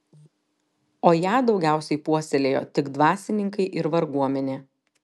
o ją daugiausiai puoselėjo tik dvasininkai ir varguomenė